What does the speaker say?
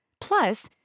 Plus